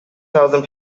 thousand